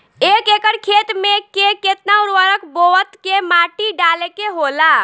एक एकड़ खेत में के केतना उर्वरक बोअत के माटी डाले के होला?